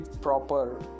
proper